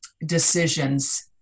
decisions